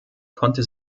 konnte